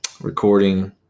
recording